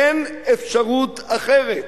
אין אפשרות אחרת.